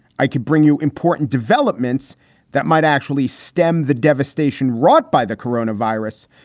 i could bring you important developments that might actually stem the devastation wrought by the corona virus.